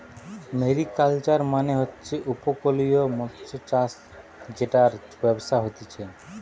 mariculture মানে হচ্ছে উপকূলীয় মৎস্যচাষ জেটার ব্যবসা হতিছে